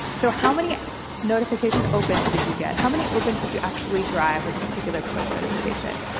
so how many notification opens did you get? how many opens did you actually drive with a particular push notification?